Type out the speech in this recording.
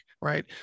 right